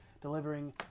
delivering